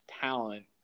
talent